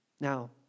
Now